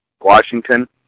washington